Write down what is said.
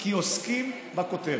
כי עוסקים בכותרת.